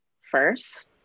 first